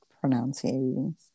pronouncing